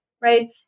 right